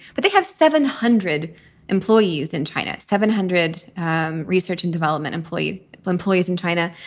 but they have seven hundred employees in china. seven hundred research and development employee but employees in china.